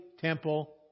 temple